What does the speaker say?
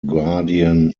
guardian